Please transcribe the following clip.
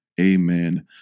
amen